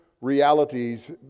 realities